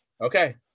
Okay